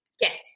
Yes